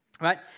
right